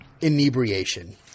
inebriation